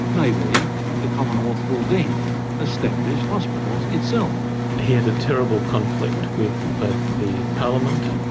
maybe the commonwealth will then establish hospitals itself he had a terrible conflict with both the parliament,